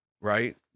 right